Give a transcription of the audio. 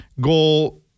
goal